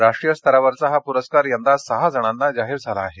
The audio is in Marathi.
राष्ट्रीय स्तरावरचा हा पुरस्कार यदा सहा जणांना जाहीर झाला आहे